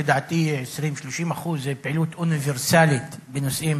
לדעתי 20% 30% זאת פעילות אוניברסלית בנושאים